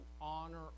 honor